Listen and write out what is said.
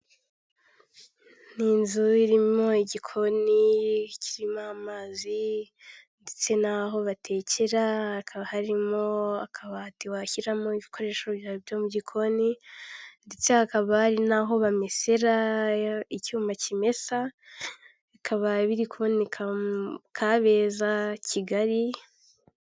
Ni inzu irimo igikoni kirimo amazi ndetse naho batekera, hakaba harimo akabati washyiramo ibikoresho byawe byo mu gikoni, ndetse hakaba hariho naho bamesera, icyuma kimesa, bikaba biri kuboneka kabeza kigali.